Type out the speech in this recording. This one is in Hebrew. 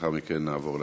לאחר מכן נעבור להצבעה.